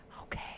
Okay